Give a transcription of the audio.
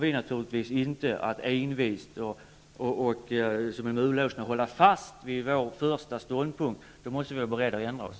I sådant fall är vi beredda att ändra oss.